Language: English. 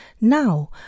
Now